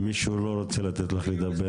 שמישהו לא רוצה לתת לך לדבר?